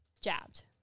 jabbed